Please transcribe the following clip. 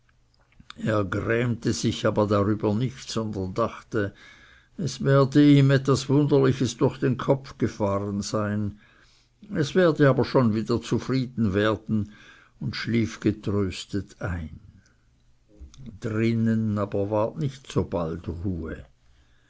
grämte sich aber darüber nicht sondern dachte es werde ihm etwas wunderliches durch den kopf gefahren sein es werde aber schon wieder zufrieden werden und schlief getröstet ein drinnen aber ward nicht so bald ruhe